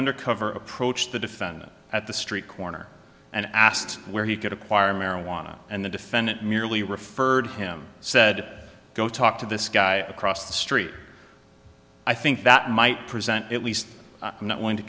undercover approached the defendant at the street corner and asked where he could acquire marijuana and the defendant merely referred him said go talk to this guy across the street i think that might present at least i'm not going to